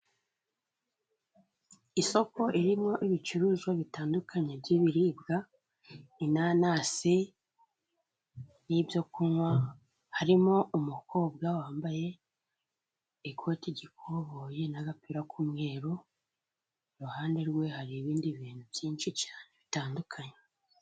Isoko ririmo ibicuruzwa bitandukanye by'ibiribwa, inanasi n'ibyo kunywa, harimo umukobwa wambaye ikoti ry'ikoboye n'agapira k'umweru, iruhande rwe hari ibindi bintu byinshi cayane bitandukanye.